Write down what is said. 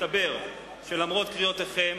מסתבר שלמרות קריאותיכם,